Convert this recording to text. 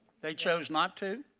that chose not to?